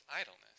idleness